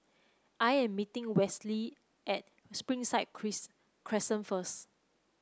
I am meeting Westley at Springside Crescent first